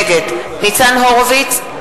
נגד ניצן הורוביץ,